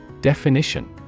Definition